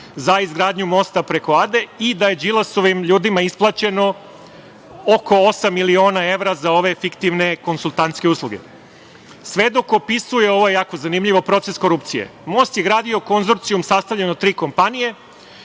za izgradnju mosta preko Ade i da je Đilasovim ljudima isplaćeno oko osam miliona evra za ove fiktivne konsultantske usluge. Svedok opisuje, ovo je jako zanimljivo, proces korupcije. Most je gradio konzorcijum sastavljen od tri kompanije.